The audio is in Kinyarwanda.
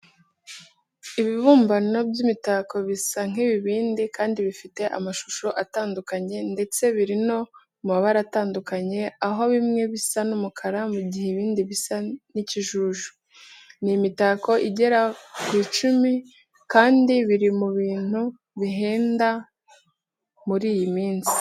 Ibibumbano by'imitako bisa nk'ibibindi kandi bifite amashusho atandukanye ndetse biri no mu mabara atandukanye, aho bimwe bisa n'umukara mu gihe ibindi bisa n'ikijuju. Ni imitako igera ku icumi kandi biri mu bintu bihenda muri iyi minsi.